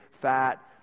fat